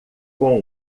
com